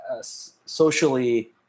socially